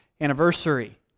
anniversary